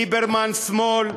ליברמן שמאל,